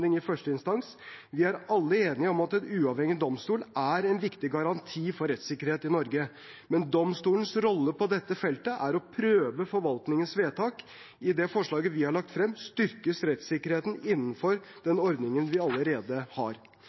i første i instans. Vi er alle enige om at en uavhengig domstol er en viktig garanti for rettssikkerhet i Norge. Men domstolens rolle på dette feltet er å prøve forvaltningens vedtak. I det forslaget vi har lagt frem, styrkes rettssikkerheten innenfor den ordningen vi allerede har.